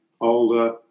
older